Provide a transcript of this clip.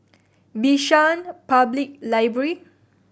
Bishan Public Library